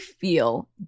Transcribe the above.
feel